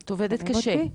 את עובדת קשה,